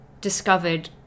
discovered